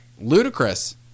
ludicrous